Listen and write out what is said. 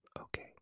Okay